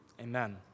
amen